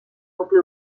nucli